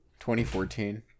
2014